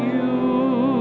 you